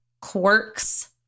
quirks